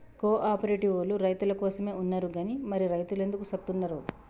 కో ఆపరేటివోల్లు రైతులకోసమే ఉన్నరు గని మరి రైతులెందుకు సత్తున్నరో